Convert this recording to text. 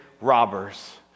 robbers